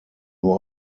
nur